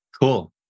Cool